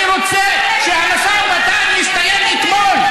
אני רוצה שהמשא ומתן יסתיים אתמול.